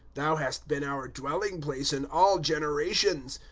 thou hast been our dwelling-place in all genera tions.